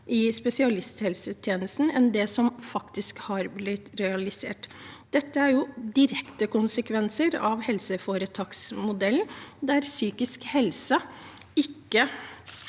i spesialisthelsetjenesten enn det som faktisk har blitt realisert. Dette er direktekonsekvenser av helseforetaksmodellen, der psykisk helse ikke